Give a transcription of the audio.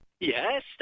Yes